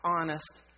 honest